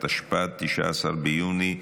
התשפ"ד 2024,